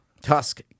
Tusk